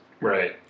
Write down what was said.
Right